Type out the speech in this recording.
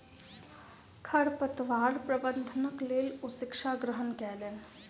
खरपतवार प्रबंधनक लेल ओ शिक्षा ग्रहण कयलैन